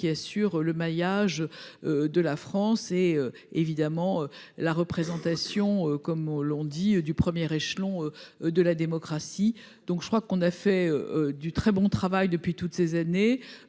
qui assurent le maillage de la France et évidemment la représentation comme au long dit du premier échelon de la démocratie, donc je crois qu'on a fait du très bon travail depuis toutes ces années,